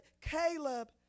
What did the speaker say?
Caleb